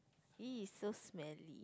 !ee! so smelly